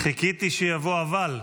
חיכיתי שיבוא "אבל",